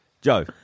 Joe